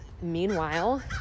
meanwhile